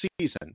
season